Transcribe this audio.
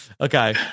Okay